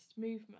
movement